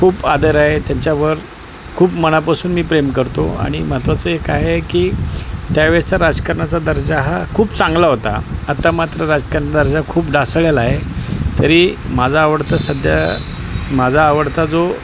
खूप आदर आहे त्यांच्यावर खूप मनापासून मी प्रेम करतो आणि महत्त्वाचं एक आहे की त्यावेळेचा राजकारणाचा दर्जा हा खूप चांगला होता आत्ता मात्र राजकारणाचा दर्जा खूप ढासळला आहे तरी माझा आवडता सध्या माझा आवडता जो